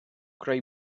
greu